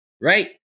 right